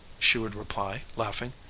she would reply, laughing.